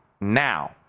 now